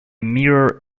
mirror